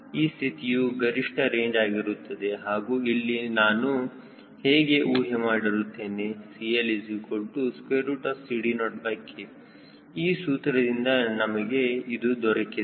ಈ ಸ್ಥಿತಿಯು ಗರಿಷ್ಠ ರೇಂಜ್ ಆಗಿರುತ್ತದೆ ಹಾಗೂ ಇಲ್ಲಿ ನಾನು ಹೀಗೆ ಊಹೆ ಮಾಡಿರುತ್ತೇನೆ CLCD0K ಆ ಸೂತ್ರದಿಂದ ನಮಗೆ ಇದು ದೊರಕಿದೆ